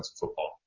football